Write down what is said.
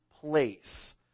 place